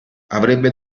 avrebbe